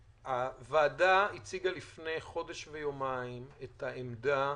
הוועדה הציגה לפני חודש ויומיים את העמדה